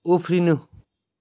उफ्रिनु